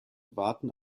warten